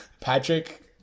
Patrick